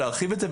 להרחיב את זה,